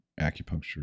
acupuncture